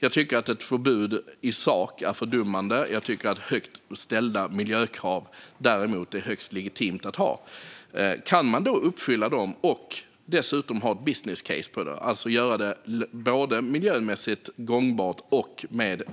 Jag tycker att ett förbud i sak är fördummande men att det är högst legitimt att ha högt ställda miljökrav. Om man kan uppfylla dem och dessutom ha ett business case, alltså göra det både miljömässigt gångbart och